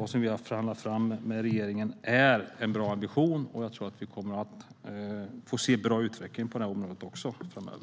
och som vi har förhandlat fram med regeringen visar en bra ambition, och jag tror att vi kommer att få se en bra utveckling på detta område framöver.